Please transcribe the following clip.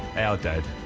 our dad,